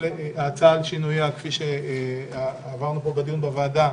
על שינויי כפי שדברנו עליהם בדיון בוועדה.